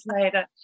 later